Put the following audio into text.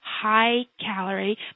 high-calorie